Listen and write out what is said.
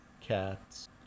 cats